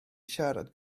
siarad